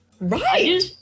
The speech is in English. Right